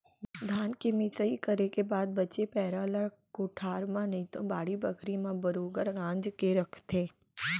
धान के मिंसाई करे के बाद बचे पैरा ले कोठार म नइतो बाड़ी बखरी म बरोगर गांज के रखथें